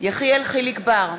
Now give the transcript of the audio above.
יחיאל חיליק בר,